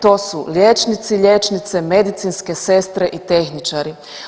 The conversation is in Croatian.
To su liječnici, liječnice, medicinske sestre i tehničari.